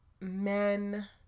Men